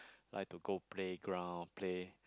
like to go playground play